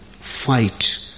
fight